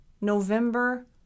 November